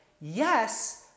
yes